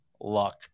luck